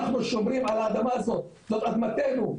אנחנו שומרים על האדמה הזו, זו אדמתנו,